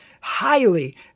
highly